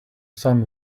sun